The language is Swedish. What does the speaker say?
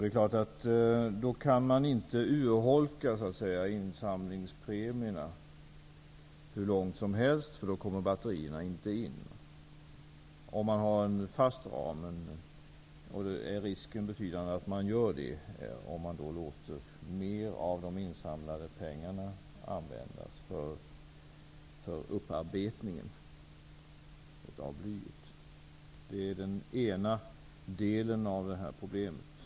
Det är klart att man då inte kan urholka insamlingspremierna hur långt som helst, för då kommer batterierna inte in. Om man har en fast ram är risken betydande att det går så om man låter mer av de insamlade pengarna användas för upparbetningen av blyet. Det är den ena delen av det här problemet.